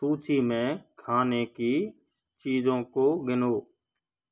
सूची में खाने की चीज़ों को गिनो